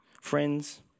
Friends